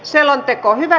selonteko minä